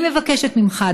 אני מבקשת ממך,